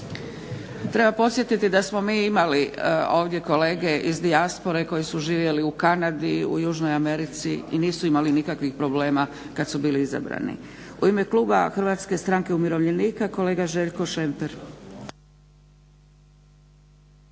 Treba podsjetiti da smo mi imali ovdje kolege iz dijaspore koji su živjeli u Kanadi, u južnoj Americi i nisu imali nikakvih problema kad su bili izabrani. U ime kluba Hrvatske stranke umirovljenika kolega Željko Šemper.